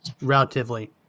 relatively